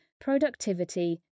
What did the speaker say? productivity